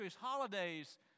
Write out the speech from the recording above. holidays